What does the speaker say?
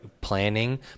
planning